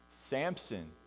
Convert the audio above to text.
Samson